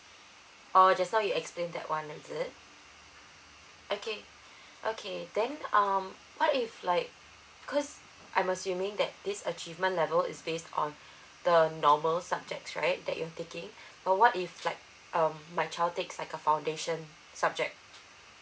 orh just now you explained that one is it okay okay then um what if like because I'm assuming that this achievement level is based on the normal subjects right that you're taking but what if like um my child takes like a foundation subject